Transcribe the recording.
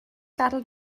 gadael